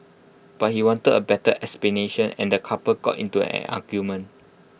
but he wanted A better explanation and the couple got into an argument